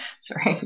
Sorry